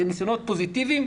ניסיונות פוזיטיביים.